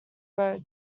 road